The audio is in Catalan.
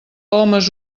homes